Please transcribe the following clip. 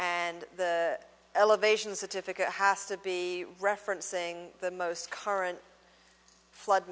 and the elevation certificate to be referencing the most current flood